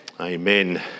amen